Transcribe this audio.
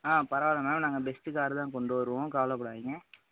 ஆ பரவாயில்லை மேம் நாங்கள் best car தான் கொண்டு வருவோம் கவலைபடாதீங்க